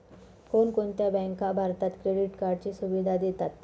कोणकोणत्या बँका भारतात क्रेडिट कार्डची सुविधा देतात?